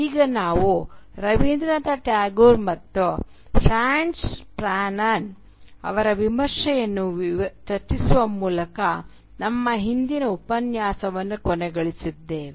ಈಗ ನಾವು ರವೀಂದ್ರನಾಥ ಟ್ಯಾಗೋರ್ ಮತ್ತು ಫ್ರಾಂಟ್ಜ್ ಫ್ಯಾನಾನ್ ಅವರ ವಿಮರ್ಶೆಯನ್ನು ಚರ್ಚಿಸುವ ಮೂಲಕ ನಮ್ಮ ಹಿಂದಿನ ಉಪನ್ಯಾಸವನ್ನು ಕೊನೆಗೊಳಿಸಿದ್ದೇವೆ